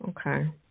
Okay